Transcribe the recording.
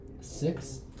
Six